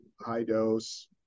high-dose